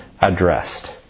addressed